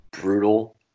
brutal